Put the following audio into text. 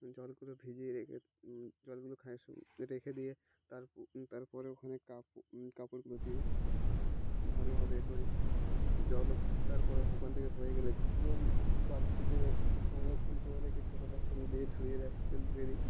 জলগুলো ভিজিয়ে রেখে জলগুলো খানিকক্ষণ রেখে দিয়ে তার তারপরে ওখানে কাপড় কাপড়গুলো দিয়ে ভালোভাবে করি জল তারপরে ওখান থেকে হয়ে গেলে জল বালতিতে করে সংরক্ষণ করে রেখে সেটা সেগুলো দিয়ে ধুয়ে রাখ ধুয়ে দিই